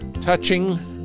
touching